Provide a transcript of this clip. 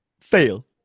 fail